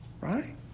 right